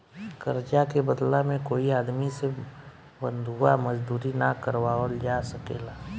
कर्जा के बदला में कोई आदमी से बंधुआ मजदूरी ना करावल जा सकेला